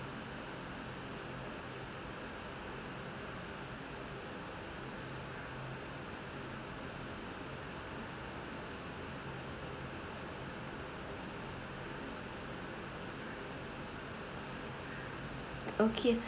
okay